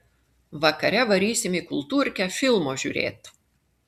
vakare varysim į kultūrkę filmo žiūrėt